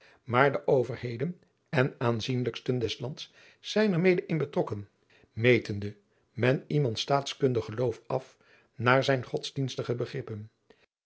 maar de verheden en aanzienlijksten des lands zijn er mede in betrokken metende men iemands staatkundig geloof af naar zijne odsdienstige begrippen